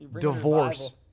divorce